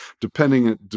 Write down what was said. Depending